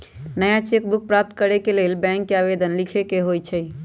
नया cheque book प्राप्त करेके लेल बैंक के आवेदन लीखे के होइ छइ